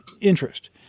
interest